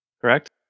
correct